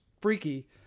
freaky